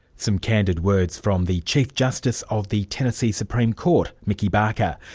some candid words from the chief justice of the tennessee supreme court, mickey barker.